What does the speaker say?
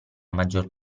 maggior